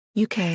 UK